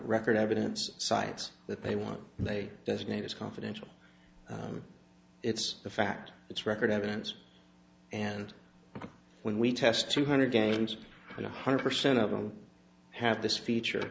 record evidence sites that they want and they designate as confidential it's the fact it's record evidence and when we test two hundred games one hundred percent of them have this feature